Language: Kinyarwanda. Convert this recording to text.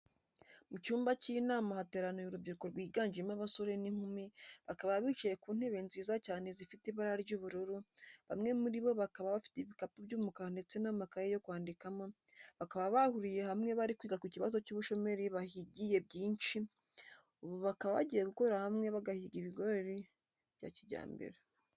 Mu cyumba cy'inama hateraniye urubyiruko rwiganjemo abasore n'inkumi bakaba bicaye ku ntebe nziza cyane zifite ibara ry'ubururu, bamwe muri bo bakaba bafite ibikapu by'umukara ndetse n'amakayi yo kwandikamo, bakaba bahuriye hamwe bari kwiga ku kibazo cy'ubushomeri bahigiye byinshi, ubu bakaba bagiye gukorera hamwe bagahinga ibigori bya kijyambere.